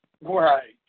Right